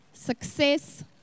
success